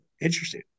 interesting